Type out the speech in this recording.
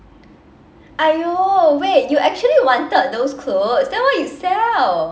!aiyo! wait you actually wanted those clothes then why you sell